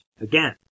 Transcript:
Again